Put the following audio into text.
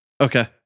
Okay